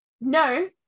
no